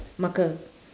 marker